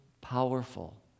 powerful